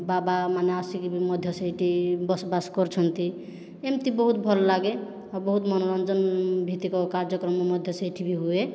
ବାବା ମାନେ ଆସିକି ବି ମଧ୍ୟ ସେଇଠି ବସ ବାସ କରୁଛନ୍ତି ଏମିତି ବହୁତ ଭଲ ଲାଗେ ଆଉ ବହୁତ ମନୋରଞ୍ଜନ ଭିତ୍ତିକ କାର୍ଯ୍ୟକ୍ରମ ମଧ୍ୟ ସେଇଠି ବି ହୁଏ